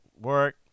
work